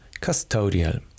custodial